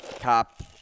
cop